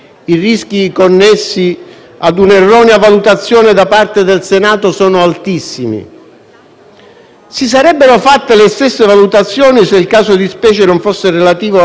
Si sarebbero fatte le stesse valutazioni se il caso di specie non fosse relativo ad alcuni cittadini stranieri su una nave, ma a una scuola piena di studenti?